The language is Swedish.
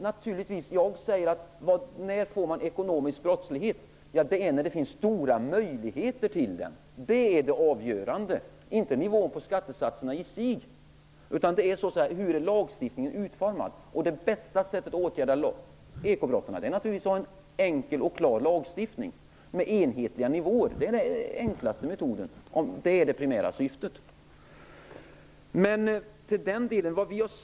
När uppstår ekonomisk brottslighet? Det är när det finns goda möjligheter till den. Det avgörande är inte nivån på skattesatserna i sig utan hur lagstiftningen är utformad. Det bästa sättet att åtgärda ekobrotten är naturligtvis att ha en enkel och klar lagstiftning med enhetliga nivåer. Om detta är det primära syftet är denna metod den enklaste.